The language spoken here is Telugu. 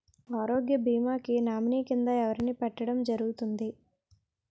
ఆరోగ్య భీమా కి నామినీ కిందా ఎవరిని పెట్టడం జరుగతుంది?